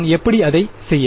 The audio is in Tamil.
நான் எப்படி அதை செய்ய